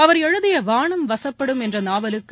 அவர் எழுதிய வானம் வசப்படும் என்ற நாவலுக்கும்